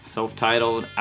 self-titled